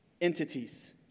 entities